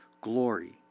glory